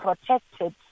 protected